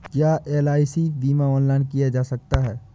क्या एल.आई.सी बीमा ऑनलाइन किया जा सकता है?